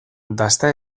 dasta